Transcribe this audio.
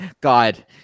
God